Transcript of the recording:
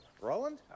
Roland